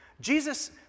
Jesus